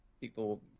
people